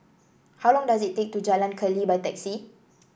how long does it take to Jalan Keli by taxi